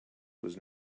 was